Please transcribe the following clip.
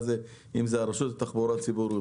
אם זאת הרשות לתחבורה ציבורית,